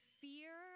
fear